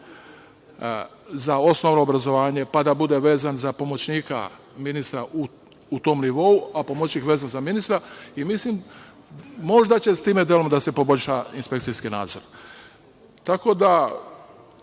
za osnovno obrazovanje, pa da bude vezan za pomoćnika ministra u tom nivou, a pomoćnik vezan za ministra. Možda će time delom da se poboljša inspekcijski nadzor. Tako da,